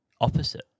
opposite